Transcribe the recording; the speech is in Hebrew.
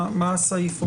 מה אומר הסעיף?